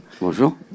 Bonjour